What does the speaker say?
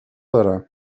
دارم